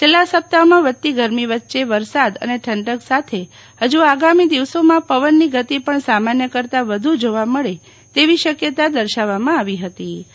છેલ્લા સપ્તાહમાં વધતી ગરમી વચ્ચે વરસાદ અને ઠંડક સાથે ફજુ આગામી દિવસોમાં પવનની ગતિ પણ સામાન્ય કરતાં વધુ જોવા મળે તેવી શક્યતા દર્શાવવામાં આવી ફતી